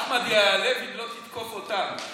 אחמד ייעלב אם לא תתקוף אותם.